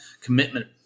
commitment